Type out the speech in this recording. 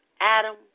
Adam